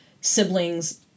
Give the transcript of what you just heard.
siblings